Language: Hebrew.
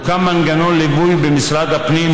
הוקם מנגנון ליווי במשרד הפנים,